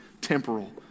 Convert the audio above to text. temporal